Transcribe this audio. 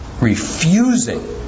refusing